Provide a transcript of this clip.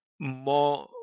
more